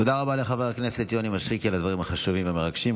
תודה רבה לחבר הכנסת יוני מישרקי על הדברים החשובים והמרגשים.